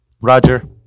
Roger